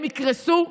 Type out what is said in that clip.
הם יקרסו.